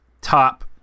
top